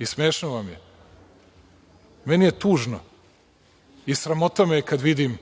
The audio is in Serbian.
ništa. Smešno vam je? Meni je tužno i sramota me je kad vidim